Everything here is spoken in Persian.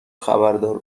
خبردار